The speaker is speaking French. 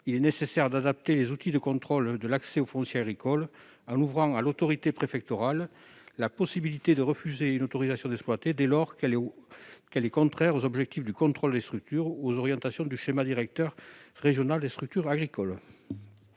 il est nécessaire d'adapter les outils de contrôle de l'accès au foncier agricole, en ouvrant à l'autorité préfectorale la possibilité de refuser une autorisation d'exploiter dès lors que celle-ci est contraire aux objectifs du contrôle des structures ou aux orientations du schéma directeur régional des structures agricoles.